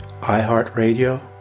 iHeartRadio